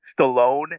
Stallone